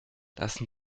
lassen